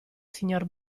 signor